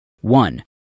One